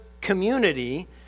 community